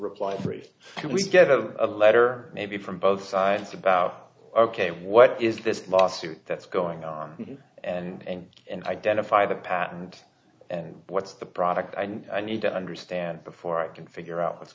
reply three we get a letter maybe from both sides about ok what is this lawsuit that's going on and and identify the patent and what's the product and i need to understand before i can figure out what's